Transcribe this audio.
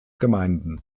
gemeinden